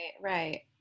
right